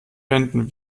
wenden